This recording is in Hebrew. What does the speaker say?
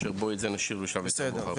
אושר, בוא את זה נשאיר בשלב יותר מאוחר, בסדר?